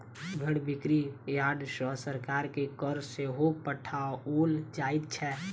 भेंड़ बिक्री यार्ड सॅ सरकार के कर सेहो पठाओल जाइत छै